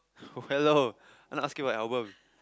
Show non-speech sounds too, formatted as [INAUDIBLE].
[BREATH] hello I'm not asking about album